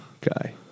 guy